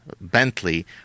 Bentley